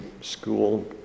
school